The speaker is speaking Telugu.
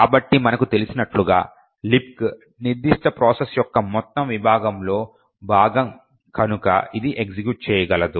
కాబట్టి మనకు తెలిసినట్లుగా లిబ్క్ నిర్దిష్ట ప్రాసెస్ యొక్క మొత్తం విభాగంలో భాగం కనుక ఇది ఎగ్జిక్యూట్ చేయగలదు